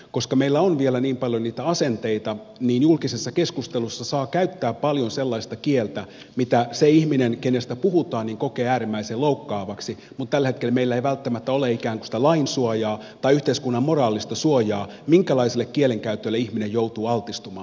koska meillä on vielä niin paljon niitä asenteita niin julkisessa keskustelussa saa käyttää paljon sellaista kieltä minkä se ihminen kenestä puhutaan kokee äärimmäisen loukkaavaksi mutta tällä hetkellä meillä ei välttämättä ole ikään kuin sitä lain suojaa tai yhteiskunnan moraalista suojaa minkälaiselle kielenkäytölle ihminen joutuu altistumaan